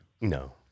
No